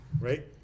right